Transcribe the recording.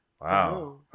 wow